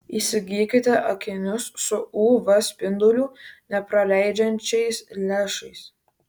įsigykite akinius su uv spindulių nepraleidžiančiais lęšiais